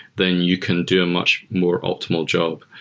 then you can do a much more optimal job.